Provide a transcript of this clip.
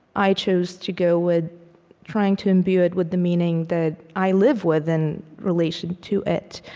i chose to go with trying to imbue it with the meaning that i live with in relation to it.